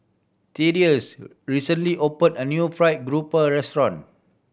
Thaddeus recently opened a new Fried Garoupa restaurant